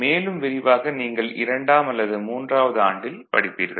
மேலும் விரிவாக நீங்கள் இரண்டாம் அல்லது மூன்றாவது ஆண்டில் படிப்பீர்கள்